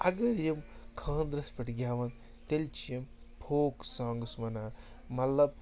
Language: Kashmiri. اگر یِم خانٛدرَس پٮ۪ٹھ گٮ۪وَن تیٚلہِ چھِ یِم فوک سانگٕس وَنان مطلب